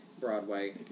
Broadway